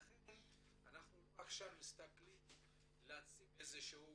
לכן אנחנו לא מסתכלים ל --- איזה שהוא